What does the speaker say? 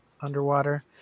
underwater